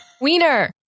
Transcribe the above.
Wiener